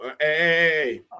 hey